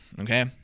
Okay